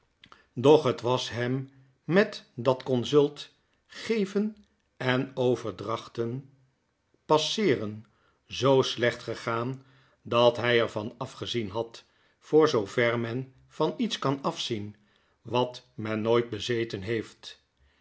doch het was hem met dat consult geven en overdrachten passeeren zoo slecht gegaan dat by er van afgezien had voor zoover men van iets kan afzien wat men nooit bezeten heeft